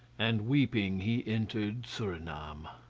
and weeping, he entered surinam.